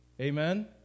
Amen